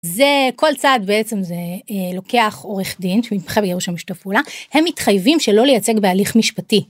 זה כל צעד בעצם זה, לוקח עורך דין שמתמחה בגירושין בשיתוף פעולה הם מתחייבים שלא לייצג בהליך משפטי.